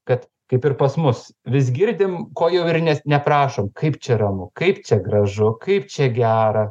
kad kaip ir pas mus vis girdim ko jau ir net neprašom kaip čia ramu kaip čia gražu kaip čia gera